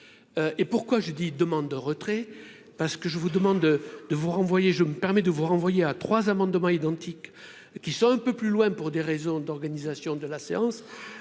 et pourquoi je dis : demande de retrait parce que je vous demande de vous renvoyer, je me permets de vous renvoyer à 3 amendements identiques, qui sont un peu plus loin pour des raisons d'organisation de la séance,